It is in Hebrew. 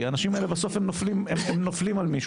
כי האנשים האלה בסוף נופלים על מישהו.